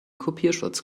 kopierschutz